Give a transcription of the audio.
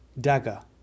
Dagger